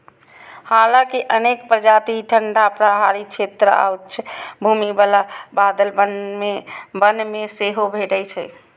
हालांकि अनेक प्रजाति ठंढा पहाड़ी क्षेत्र आ उच्च भूमि बला बादल वन मे सेहो भेटै छै